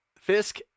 Fisk